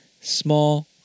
small